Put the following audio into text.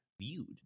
viewed